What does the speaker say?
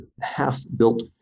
half-built